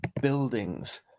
buildings